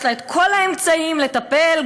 יש לה כל האמצעים לטפל,